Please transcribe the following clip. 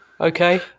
Okay